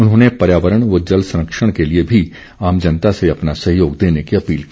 उन्होंने पर्यावरण व जल संरक्षण के लिए भी आम जनता से अपना सहयोग देने की अपील की